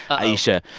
ayesha,